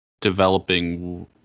developing